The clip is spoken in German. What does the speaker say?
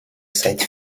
seit